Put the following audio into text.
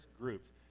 groups